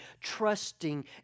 trusting